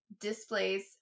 displays